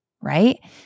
right